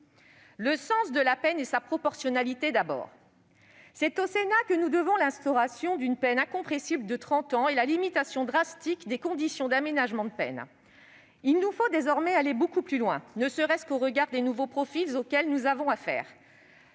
physionomie du milieu carcéral, d'autre part. C'est au Sénat que nous devons l'instauration d'une peine incompressible de trente ans et la limitation drastique des conditions d'aménagement de peine. Il nous faut désormais aller beaucoup plus loin, ne serait-ce qu'au regard des nouveaux profils auxquels nous avons affaire.